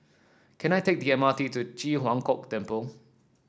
can I take the M R T to Ji Huang Kok Temple